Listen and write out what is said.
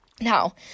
Now